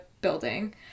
building